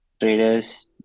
traders